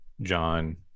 John